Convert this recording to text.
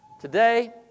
Today